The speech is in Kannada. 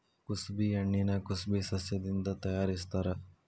ಕುಸಬಿ ಎಣ್ಣಿನಾ ಕುಸಬೆ ಸಸ್ಯದಿಂದ ತಯಾರಿಸತ್ತಾರ